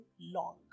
long